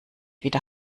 wieder